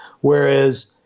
whereas